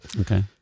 Okay